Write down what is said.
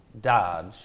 Dodge